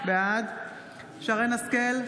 בעד שרן מרים השכל,